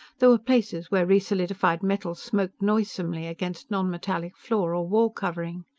there were places where re-solidified metal smoked noisomely against nonmetallic floor or wall-covering.